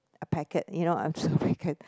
a packet you know uh just a packet